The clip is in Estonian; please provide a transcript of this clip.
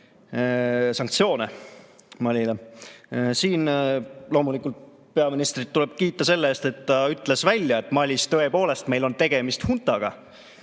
sanktsioone Malile. Siin loomulikult tuleb peaministrit kiita selle eest, et ta ütles välja, et Malis tõepoolest meil on tegemist huntaga